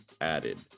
added